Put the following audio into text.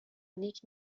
نیک